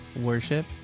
worship